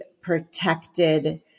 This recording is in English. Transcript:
protected